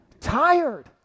tired